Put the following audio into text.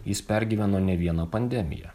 jis pergyveno ne vieną pandemiją